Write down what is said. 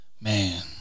Man